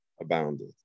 abounded